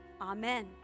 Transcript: Amen